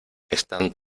están